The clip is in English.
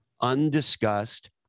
undiscussed